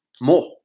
more